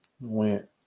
went